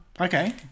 Okay